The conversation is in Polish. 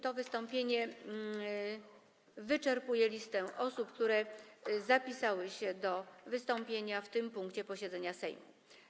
To wystąpienie wyczerpuje listę osób, które zapisały się do wystąpienia w tym punkcie posiedzenia Sejmu.